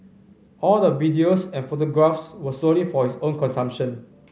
all the videos and photographs were solely for his own consumption